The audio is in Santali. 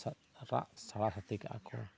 ᱥᱟᱜ ᱨᱟᱜ ᱥᱟᱨᱤ ᱤᱫᱤ ᱠᱟᱜᱼᱟ ᱠᱚ